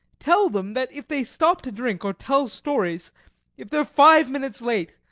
tell them that if they stop to drink or tell stories if they're five minutes late,